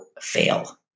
fail